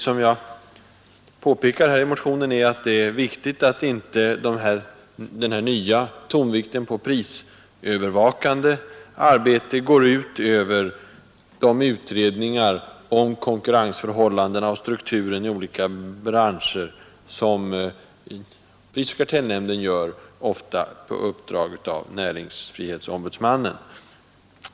Som jag påpekar i motionen är det viktigt att den nya tonvikten på prisövervakande arbete inte går ut över de utredningar om konkurrensförhållandena och strukturen i olika branscher som prisoch kartellnämnden gör, ofta på uppdrag av näringsfrihetsombudsmannen.